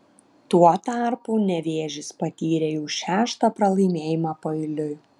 tuo tarpu nevėžis patyrė jau šeštą pralaimėjimą paeiliui